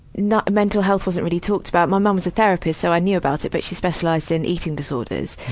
not. mental health wasn't really talked about. my mum's a therapist, so i knew about it. but she's specialized in eating disorders.